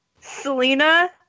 Selena